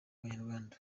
banyarwanda